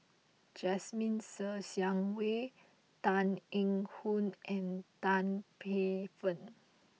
Jasmine Ser Xiang Wei Tan Eng Hoon and Tan Paey Fern